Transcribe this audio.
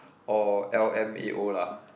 or l_m_f_a_o lah